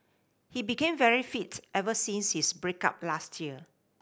he became very fit ever since his break up last year